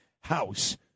house